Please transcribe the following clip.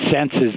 senses